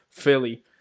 Philly